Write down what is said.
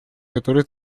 которой